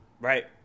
right